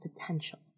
potential